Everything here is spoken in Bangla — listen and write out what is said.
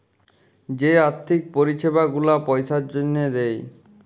যে আথ্থিক পরিছেবা গুলা পইসার জ্যনহে দেয়